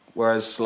Whereas